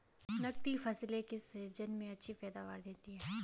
नकदी फसलें किस सीजन में अच्छी पैदावार देतीं हैं?